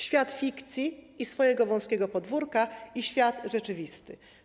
Świat fikcji, swojego wąskiego podwórka i świat rzeczywisty.